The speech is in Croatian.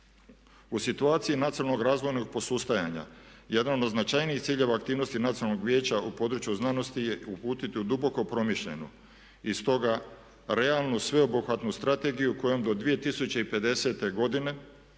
U situaciji nacionalnog razvojnog posustajanja jedan od značajnijih ciljeva aktivnosti Nacionalnog vijeća u području znanosti je uputiti u duboko promišljenu i stoga realnu sveobuhvatnu strategiju kojom do 2050. godine